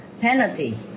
penalty